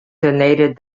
donated